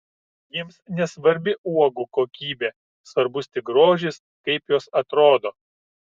jiems nesvarbi uogų kokybė svarbus tik grožis kaip jos atrodo